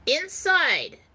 Inside